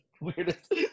weirdest